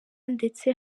ndetse